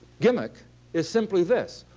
gimmick is simply this.